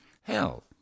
Hell